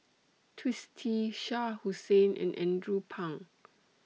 Twisstii Shah Hussain and Andrew Phang